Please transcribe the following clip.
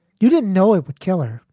you didn't know it would kill her.